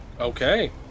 Okay